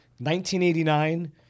1989